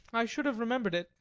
i should have remembered it.